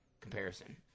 comparison